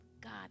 God